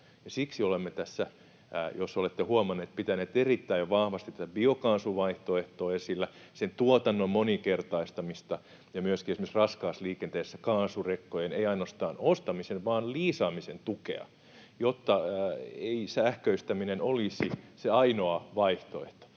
Siksi olemme tässä, jos olette huomanneet, pitäneet erittäin vahvasti biokaasuvaihtoehtoa esillä, sen tuotannon moninkertaistamista ja myöskin esimerkiksi raskaassa liikenteessä kaasurekkojen, ei ainoastaan ostamisen vaan myös liisaamisen, tukea, jotta ei sähköistäminen olisi se ainoa vaihtoehto.